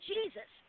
Jesus